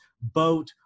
boat